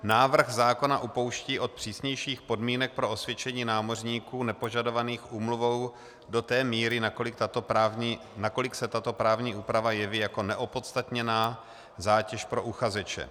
Návrh zákona upouští od přísnějších podmínek pro osvědčení námořníků nepožadovaných úmluvou do té míry, nakolik se tato právní úprava jeví jako neopodstatněná zátěž pro uchazeče.